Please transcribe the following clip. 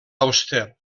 auster